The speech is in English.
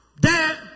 Dad